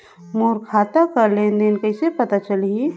मोर खाता कर लेन देन कइसे पता चलही?